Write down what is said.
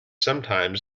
sometimes